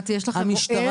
יש לך מועד?